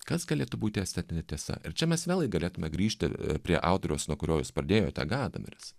kas galėtų būti estetinė tiesa ir čia mes vėl galėtume grįžti prie autoriaus nuo kurio jūs pradėjote gadameris